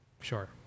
Sure